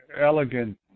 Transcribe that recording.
Elegant